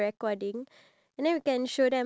what the product is all about